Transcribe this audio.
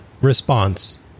response